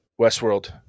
Westworld